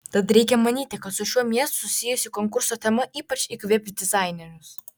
tad reikia manyti kad su šiuo miestu susijusi konkurso tema ypač įkvėps dizainerius